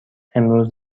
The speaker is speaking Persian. امروز